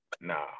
Nah